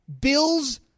Bills